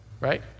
right